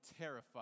terrified